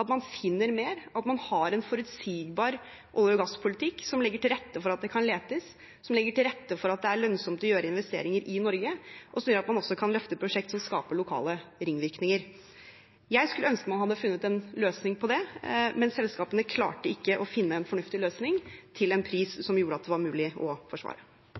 at man finner mer, at man har en forutsigbar olje- og gasspolitikk som legger til rette for at det kan letes, som legger til rette for at det er lønnsomt å gjøre investeringer i Norge, og som gjør at man også kan løfte prosjekter som skaper lokale ringvirkninger. Jeg skulle ønske at man hadde funnet en løsning på dette, men selskapene klarte ikke å finne en fornuftig løsning til en pris som gjorde at det var mulig å forsvare.